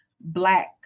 Black